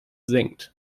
senkt